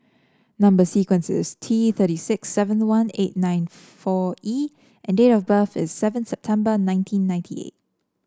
number sequence is T thirty six seven one eight nine four E and date of birth is seven September nineteen ninety eight